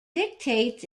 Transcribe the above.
dictates